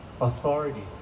authority